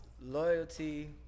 loyalty